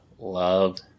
Love